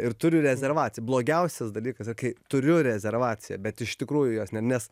ir turiu rezervaciją blogiausias dalykas kai turiu rezervaciją bet iš tikrųjų jos ne nes